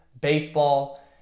baseball